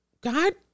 God